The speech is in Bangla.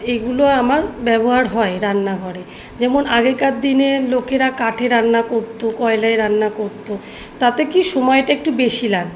এগুলো আমার ব্যবহার হয় রান্নাঘরে যেমন আগেকার দিনে লোকেরা কাঠে রান্না করত কয়লায় রান্না করত তাতে কি সময়টা একটু বেশি লাগত